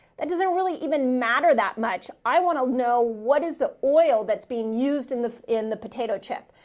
that doesn't really even matter that much. i want to know what is the oil that's being used in the, in the potato chip.